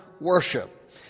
worship